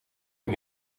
een